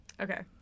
okay